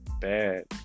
Bad